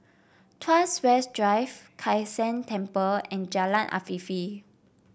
Tuas West Drive Kai San Temple and Jalan Afifi